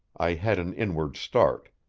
i had an inward start.